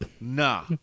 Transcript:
Nah